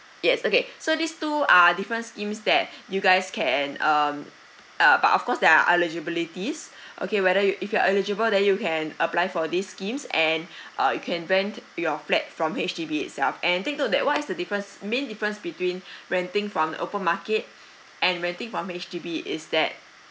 yes okay so these two are different schemes that you guys can um uh but of course there are eligibilities okay whether you if you're eligible then you can apply for these schemes and uh you can rent your flat from H_D_B itself and take note that what is the difference main difference between renting from the open market and renting from H_D_B is that